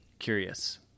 Curious